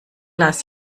las